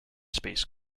space